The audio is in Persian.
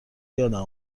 یادم